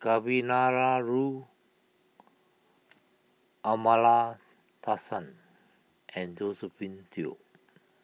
Kavignareru Amallathasan and Josephine Teo